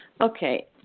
Okay